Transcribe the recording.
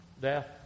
death